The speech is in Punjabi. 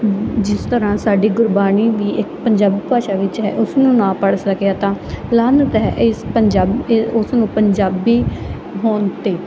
ਜਿਸ ਤਰ੍ਹਾਂ ਸਾਡੀ ਗੁਰਬਾਣੀ ਵੀ ਇੱਕ ਪੰਜਾਬੀ ਭਾਸ਼ਾ ਵਿੱਚ ਹੈ ਉਸਨੂੰ ਨਾ ਪੜ੍ਹ ਸਕਿਆ ਤਾਂ ਲਾਹਨਤ ਹੈ ਇਸ ਪੰਜਾਬੀ ਉਸ ਨੂੰ ਪੰਜਾਬੀ ਹੋਣ 'ਤੇ